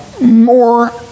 more